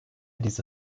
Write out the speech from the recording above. diese